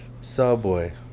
Subway